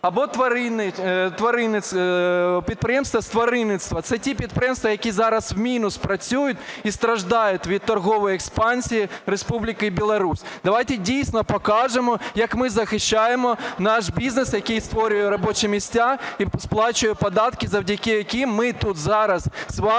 або підприємства з тваринництва. Це ті підприємства, які зараз в мінус працюють і страждають від торгової експансії Республіки Білорусь. Давайте дійсно покажемо, як ми захищаємо наш бізнес, який створює робочі місця і сплачує податки, завдяки яким ми тут зараз з вами